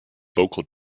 vocal